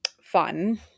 fun